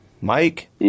Mike